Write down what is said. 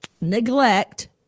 neglect